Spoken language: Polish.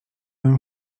bym